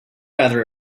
rather